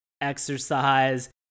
exercise